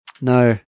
No